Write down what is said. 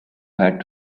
had